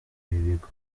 bigo